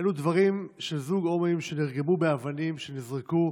אלו דברים של זוג הומואים שנרגמו באבנים שנזרקו